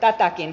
tätäkin osaamistamme